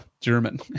German